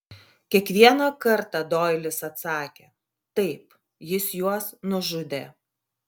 kiekvieną kartą doilis atsakė taip jis juos nužudė